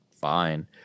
fine